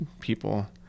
people